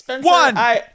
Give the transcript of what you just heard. One